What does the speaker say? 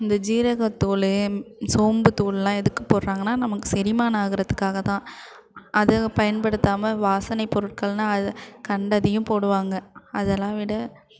இந்த ஜீரகத்தூள் சோம்பு தூளெலாம் எதுக்கு போடுறாங்கன்னா நமக்கு செரிமான ஆகிறதுக்காகத் தான் அதை பயன்படுத்தாமல் வாசனை பொருட்கள்னு அதை கண்டதையும் போடுவாங்க அதெல்லாம் விட